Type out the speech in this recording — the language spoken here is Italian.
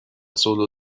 solo